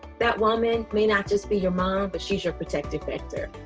that woman may not just be your mom but she's your protective factor.